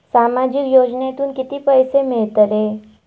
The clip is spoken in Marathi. सामाजिक योजनेतून किती पैसे मिळतले?